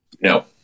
no